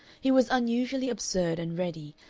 he was unusually absurd and ready,